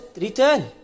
return